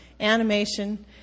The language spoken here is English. animation